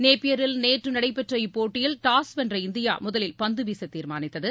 நேப்பியரில் நேற்று நடைபெற்ற இப்போட்டியில் டாஸ் வென்ற இந்தியா முதலில் பந்து வீச தீர்மானித்தது